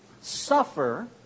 suffer